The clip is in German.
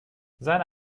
seine